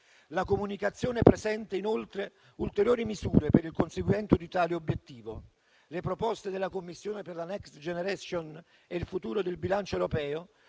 La comunicazione presenta inoltre ulteriori misure per il conseguimento di tale obiettivo; le proposte della Commissione per la Next Generation Eu e il futuro del bilancio UE